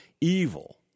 evil